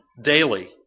daily